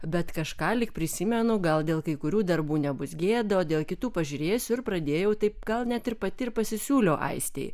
bet kažką lyg prisimenu gal dėl kai kurių darbų nebus gėda o dėl kitų pažiūrėsiu ir pradėjau taip gal net ir pati ir pasisiūliau aistei